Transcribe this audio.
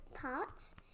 parts